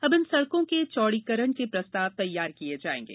अब इन सड़कों के चौड़ीकरण के प्रस्ताव तैयार किए जाएंगे